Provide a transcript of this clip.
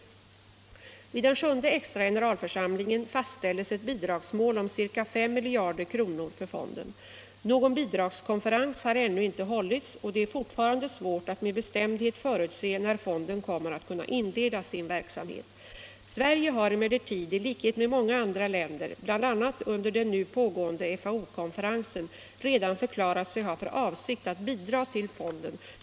Vid den sjunde extra generalförsamlingen fastställdes ett bidragsmål om ca 5 miljarder kronor för fonden. Någon bidragskonferens har ännu inte hållits, och det är fortfarande svårt att med bestämdhet förutse när fonden kommer att kunna inleda sin verksamhet. Sverige har emellertid i likhet med många andra länder bl.a. under den nu pågående FAO-konferensen redan förklarat sig ha för avsikt att bidra till fonden.